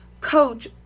coach